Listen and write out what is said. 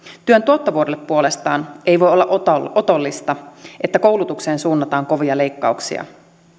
työn tuottavuudelle puolestaan ei voi olla otollista otollista että koulutukseen suunnataan kovia leikkauksia